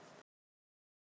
stop already